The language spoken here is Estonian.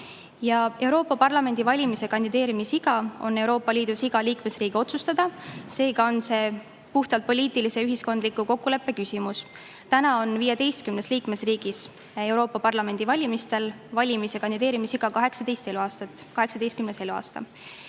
Euroopa Parlamendi valimistel on kandideerimisiga Euroopa Liidus iga liikmesriigi otsustada, seega on see puhtalt poliitilise ühiskondliku kokkuleppe küsimus. Täna on 15 liikmesriigis Euroopa Parlamendi valimistel valimis‑ ja kandideerimisiga [vähemalt] 18 eluaastat.